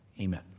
Amen